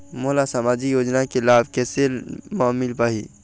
मोला सामाजिक योजना के लाभ कैसे म मिल पाही?